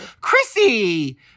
Chrissy